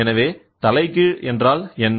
எனவே தலைகீழ் என்றால் என்ன